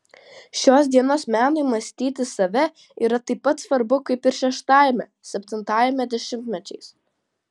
šios dienos menui mąstyti save yra taip pat svarbu kaip ir šeštajame septintajame dešimtmečiais